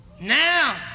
Now